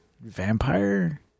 vampire